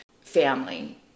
family